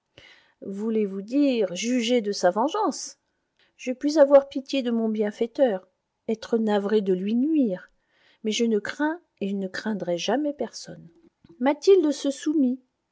voulez-vous dire jugez de sa vengeance je puis avoir pitié de mon bienfaiteur être navré de lui nuire mais je ne crains et ne craindrai jamais personne mathilde se soumit